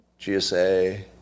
GSA